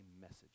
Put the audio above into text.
message